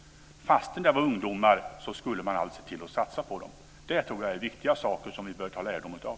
Fastän det var ungdomar skulle man se till att det satsades på dem. Det tror jag är viktiga saker som vi bör dra lärdom av.